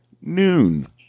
noon